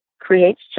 creates